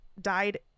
died